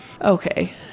Okay